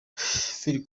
phil